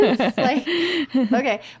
Okay